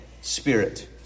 Spirit